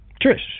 Trish